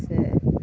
से